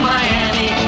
Miami